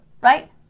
Right